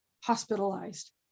hospitalized